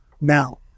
now